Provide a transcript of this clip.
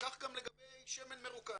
כך גם לגבי שמן מרוכז.